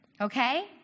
okay